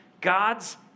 God's